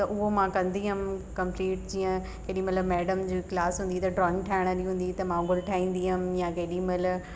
त उहो मां कंदी हुअमि कम्पलीट जीअं केॾीमहिल मैडम जूं क्लास हूंदी त ड्रॉइंग ठाहिणु ॾींहुं हूंदी त मां गुलु ठाहींदी हुअमि या केॾीमहिल